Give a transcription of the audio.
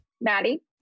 Maddie